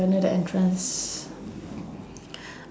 you're near the entrance